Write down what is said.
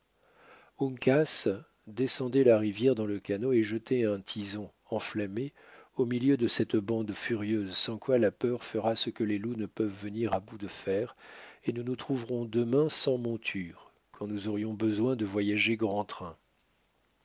peuvent uncas descendez la rivière dans le canot et jetez un tison enflammé au milieu de cette bande furieuse sans quoi la peur fera ce que les loups ne peuvent venir à bout de faire et nous nous trouverons demain sans montures quand nous aurions besoin de voyager grand train